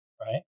Right